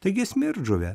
taigi smirdžuvė